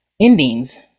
endings